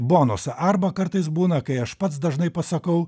bonusą arba kartais būna kai aš pats dažnai pasakau